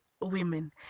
women